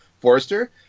Forrester